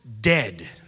dead